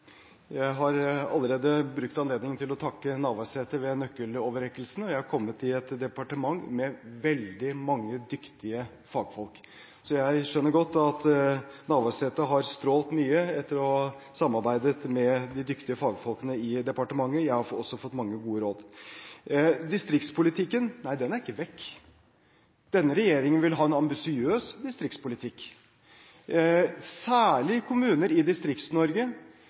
Jeg har allerede brukt anledningen til å takke Navarsete ved nøkkeloverrekkelsen. Jeg har kommet i et departement med veldig mange dyktige fagfolk, så jeg skjønner godt at Navarsete har strålt mye etter å ha samarbeidet med disse dyktige fagfolkene i departementet. Jeg har også fått mange gode råd. Distriktspolitikken er ikke vekk. Denne regjeringen vil ha en ambisiøs distriktspolitikk. Særlig kommuner i